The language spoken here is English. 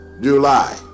July